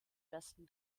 besten